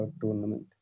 tournament